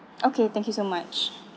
okay thank you so much